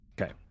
Okay